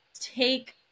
take